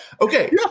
Okay